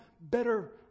better